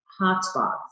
hotspots